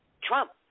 Trump